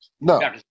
no